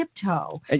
tiptoe